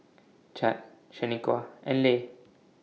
Chadd Shaniqua and Le